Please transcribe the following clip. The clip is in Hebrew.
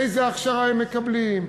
איזו הכשרה הם מקבלים,